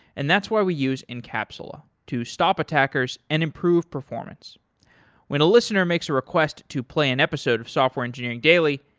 and that's why we use incapsula, to stop attackers and improve performance when a listener makes a request to play an episode of software engineering daily,